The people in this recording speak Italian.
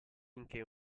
finché